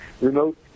remote